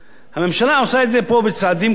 הממשלה עושה את זה פה בצעדים קטנים.